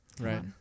Right